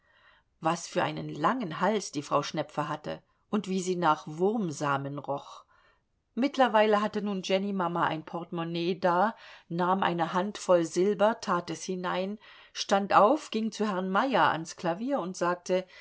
was für einen langen hals die frau schnepfe hatte und wie sie nach wurmsamen roch mittlerweile hatte nun jennymama ein portemonnaie da nahm eine handvoll silber tat es hinein stand auf ging zu herrn meyer ans klavier und sagte